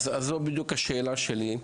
זו בדיוק השאלה שלי.